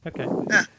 Okay